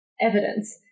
evidence